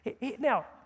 Now